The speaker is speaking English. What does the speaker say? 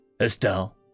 Estelle